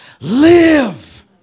live